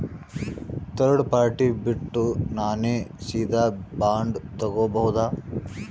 Third party ಬಿಟ್ಟು ನಾನೇ ಸೀದಾ ಬಾಂಡ್ ತೋಗೊಭೌದಾ?